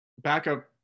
backup